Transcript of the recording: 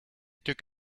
took